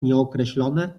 nieokreślone